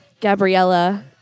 Gabriella